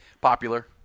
Popular